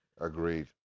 Agreed